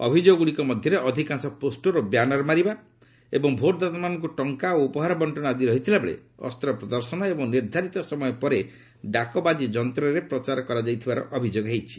ଅଭିଯୋଗଗୁଡ଼ିକ ମଧ୍ୟରେ ଅଧିକାଂଶ ପୋଷ୍ଟର ଓ ବ୍ୟାନର ମାରିବା ଏବଂ ଭୋଟ୍ଦାତାମାନଙ୍କୁ ଟଙ୍କା ଓ ଉପହାର ବଣ୍ଟନ ଆଦି ରହିଥିବାବେଳେ ଅସ୍ତ୍ର ପ୍ରଦର୍ଶନ ଏବଂ ନିର୍ଦ୍ଧାରିତ ସମୟ ପରେ ଡାକବାଜି ଯନ୍ତ୍ରରେ ପ୍ରଚାର କରାଯାଇଥିବାର ଅଭିଯୋଗ ହୋଇଛି